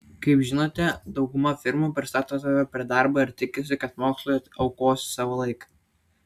kaip žinote dauguma firmų pristato tave prie darbo ir tikisi kad mokslui aukosi savo laiką